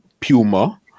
Puma